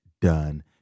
done